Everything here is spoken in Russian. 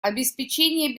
обеспечение